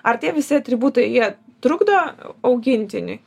ar tie visi atributai jie trukdo augintiniui